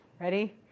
Ready